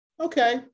Okay